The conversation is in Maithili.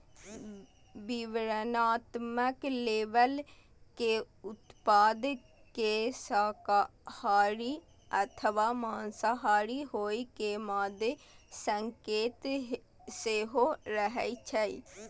विवरणात्मक लेबल मे उत्पाद के शाकाहारी अथवा मांसाहारी होइ के मादे संकेत सेहो रहै छै